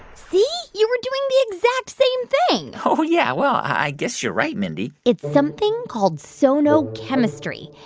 see? you were doing the exact same thing oh, yeah. well, i guess you're right, mindy it's something called sonochemistry,